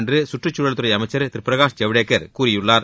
என்று சுற்றுச்சூழல் துறை அமைச்சர் திரு பிரகாஷ் ஜவ்டேகர் கூறியுள்ளார்